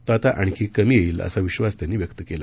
तो आता आणखी कमी येईल असा विश्वास त्यांनी व्यक्त केला